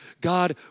God